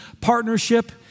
partnership